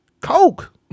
Coke